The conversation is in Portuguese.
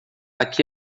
aqui